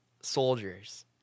soldiers